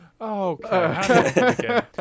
Okay